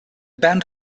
band